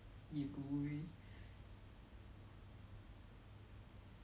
it's like why do they do they is like this like for example meme accounts also